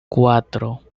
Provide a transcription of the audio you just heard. cuatro